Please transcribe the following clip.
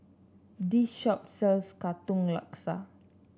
this shop sells Katong Laksa